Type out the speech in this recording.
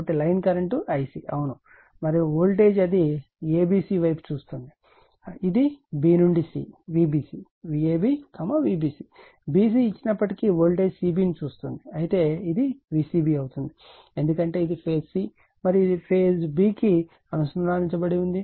కాబట్టి line current Ic అవును మరియు వోల్టేజ్ అది abc వైపు చూస్తుంది ఇది b నుండి c Vbc Vab Vbc bc ఇచ్చినప్పటికీ వోల్టేజ్ cb ని చూస్తుంది అయితే ఇది Vcb అవుతుంది ఎందుకంటే ఇది ఫేజ్ c మరియు ఇది b కి అనుసంధానించబడినది